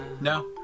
No